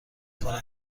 کنم